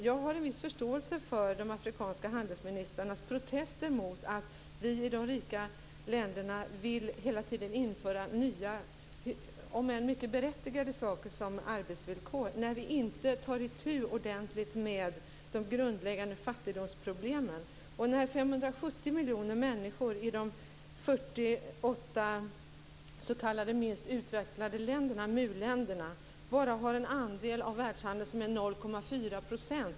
Jag har en viss förståelse för de afrikanska handelsministrarnas protester mot att vi i de rika länderna hela tiden vill införa nya saker som t.ex. arbetsvillkor, även om de är mycket berättigade, när vi inte ordentligt tar itu med de grundläggande fattigdomsproblemen. 570 miljoner människor i de 48 minst utvecklade länderna, de s.k. MUL-länderna, har en andel av världshandeln som bara är 0,4 %.